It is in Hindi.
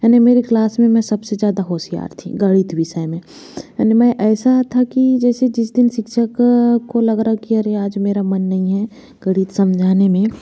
मैंने मेरी क्लास में मैं सबसे ज़्यादा होशियार थी गणित विषय में याने मैं ऐसा था कि जैसे जिस दिन शिक्षक को लग रहा अरे आज मेरा मन नहीं है गणित समझाने में